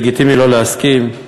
לגיטימי לא להסכים,